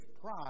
pride